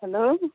hello